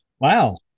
wow